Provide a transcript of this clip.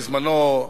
בזמנו,